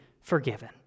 forgiven